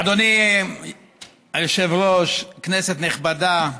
אדוני היושב-ראש, כנסת נכבדה,